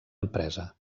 empresa